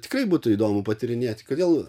tikrai būtų įdomu patyrinėti kodėl